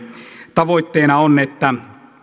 tavoitteena on että